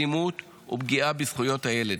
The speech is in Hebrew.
אלימות ופגיעה בזכויות הילד.